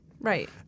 Right